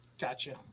Gotcha